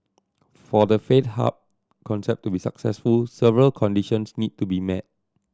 for the faith hub concept to be successful several conditions need to be met